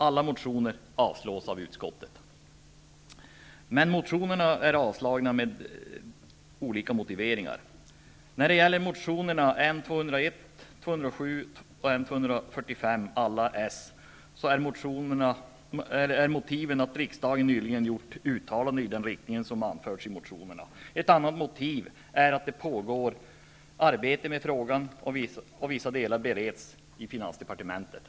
Alla motionerna avstyrks av utskottet, men de är avstyrkta med olika motiveringar. När det gäller motionerna N201, N207 och N245, alla socialdemokratiska, är ett motiv att riksdagen nyligen gjort uttalanden i samma riktning som förslagen i motionerna. Ett annat motiv är att det pågår arbete med frågan och att vissa delar bereds i finansdepartementet.